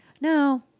no